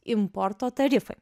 importo tarifai